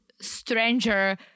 stranger